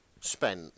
spent